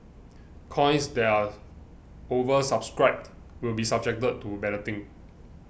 coins that are oversubscribed will be subjected to balloting